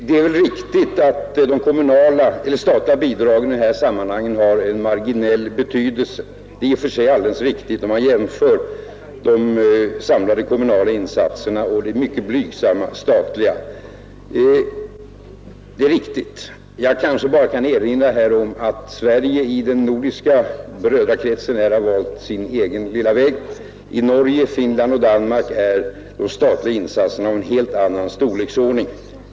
Herr talman! Det är i och för sig riktigt att de statliga bidragen i detta sammanhang har en marginell betydelse — om man jämför de sammanlagda kommunala insatserna och de mycket blygsamma statliga. Jag kanske kan erinra om att Sverige i den nordiska brödrakretsen valt sin egen väg. I Norge, Finland och Danmark är de statliga insatserna av en helt annan storleksordning.